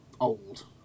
old